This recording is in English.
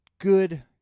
good